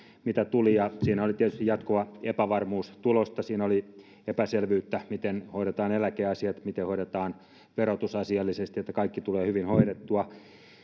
mitä tuli ja siinä oli tietysti jatkuva epävarmuus tuloista siinä oli epäselvyyttä miten hoidetaan eläkeasiat ja miten hoidetaan verotus asiallisesti että kaikki tulee hyvin hoidettua